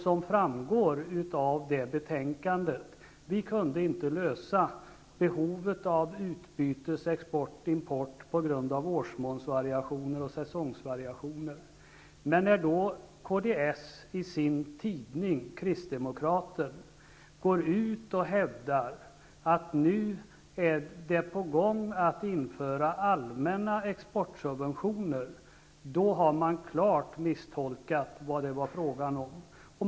Som framgår av det betänkandet kunde vi inte lösa behovet av utbytesexport och import på grund av årsmåns och säsongsvariationer. När kds i sin tidning Kristdemokraten går ut och hävdar att det nu är på gång att införa allmänna exportsubventioner, har man klart misstolkat vad det är fråga om.